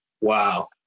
Wow